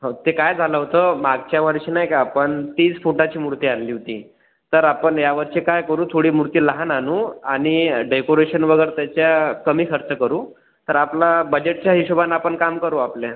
हो ते काय झालं होतं मागच्या वर्षी नाही का आपण तीस फुटाची मूर्ती आणली होती तर आपण यावर्षी काय करू थोडी मूर्ती लहान आणू आणि डेकोरेशन वगैरे त्याच्या कमी खर्च करू तर आपला बजेटच्या हिशोबानं आपण काम करू आपल्या